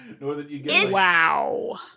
Wow